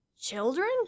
Children